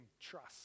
trust